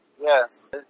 Yes